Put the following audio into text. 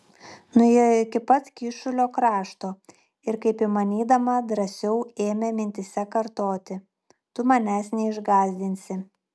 nuėjo iki pat kyšulio krašto ir kaip įmanydama drąsiau ėmė mintyse kartoti tu manęs neišgąsdinsi